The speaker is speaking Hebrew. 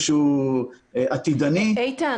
איתן,